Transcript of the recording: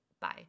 bye